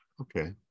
Okay